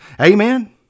Amen